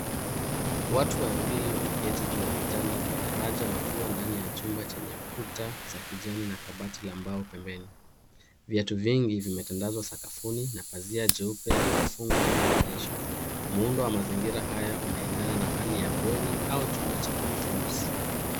Watu wawili wameketi juu ya vitanda vya daraja wakiwa ndani ya chumba chenye kuta za kijani na kabati la mbao pembeni. Viatu vingi vimetandazwa sakafuni na pazia jeupe limefungwa kwenye dirisha. Muundo wa mazingira haya unaendana na hali ya bweni au chumba cha wanafunzi.